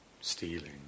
stealing